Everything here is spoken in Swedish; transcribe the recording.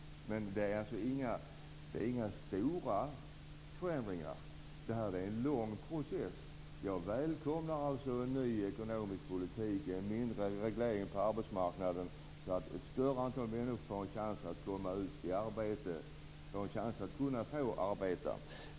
Men det handlar inte om några stora förändringar. Detta är en lång process. Jag välkomnar en ny ekonomisk politik och mindre reglering på arbetsmarknaden, så att ett större antal människor får en chans att arbeta.